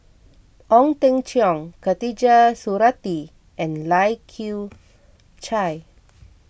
Ong Teng Cheong Khatijah Surattee and Lai Kew Chai